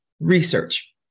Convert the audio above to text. research